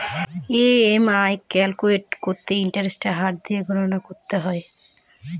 EMI calculate করতে ইন্টারেস্টের হার দিয়ে গণনা করতে হয়